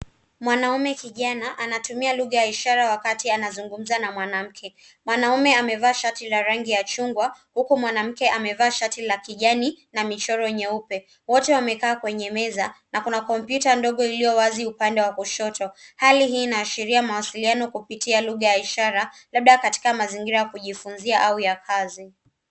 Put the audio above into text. Mwanaume kijana anatumia lugha ya ishara wakati anazungumza na mwanamke. Mwanaume amevaa shati la rangi ya chungwa huku mwanamke amevaa shati la kijani na michoro nyeupe. Wote wamekaa kwenye meza na kuna kompyuta ndogo iliyowazi upande wa kushoto. Hali hii inaashiria mawasiliano kupitia lugha ya ishara labda katika mazingira ya kujifunzia au ya kazi.